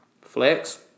Flex